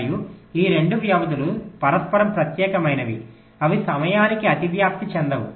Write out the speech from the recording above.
మరియు ఈ రెండు వ్యవధులు పరస్పరం ప్రత్యేకమైనవి అవి సమయానికి అతివ్యాప్తి చెందవు